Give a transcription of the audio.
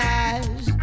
eyes